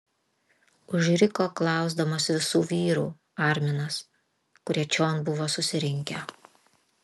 užriko klausdamas visų vyrų arminas kurie čion buvo susirinkę